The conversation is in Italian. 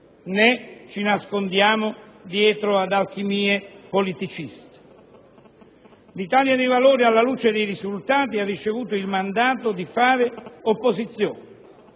né ci nascondiamo dietro ad alchimie politiciste. L'Italia dei Valori, alla luce dei risultati, ha ricevuto il mandato di fare opposizione